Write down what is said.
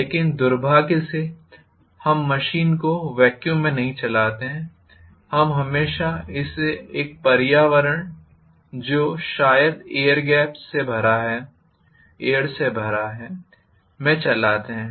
लेकिन दुर्भाग्य से हम मशीन को वॅक्यूम में नहीं चलाते हैं हम हमेशा इसे एक पर्यावरण जो शायद एयर से भरा है में चलाते हैं